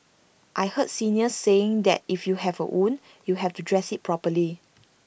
I heard seniors saying that if you have A wound you have to dress IT properly